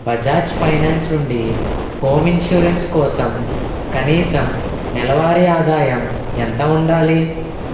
Bajaj finance నుండి home insurance కోసం కనీస నెలవారి ఆదాయం ఎంత ఉండాలి